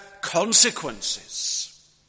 consequences